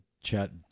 chat